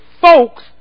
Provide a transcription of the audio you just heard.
folks